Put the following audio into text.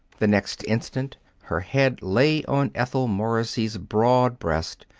the next instant her head lay on ethel morrissey's broad breast,